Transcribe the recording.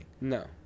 No